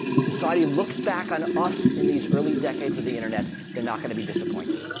society looks back on us in these early decades of the internet, they're not going to be disappointed.